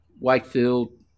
Wakefield